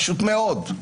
פשוט מאוד.